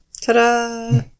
Ta-da